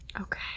Okay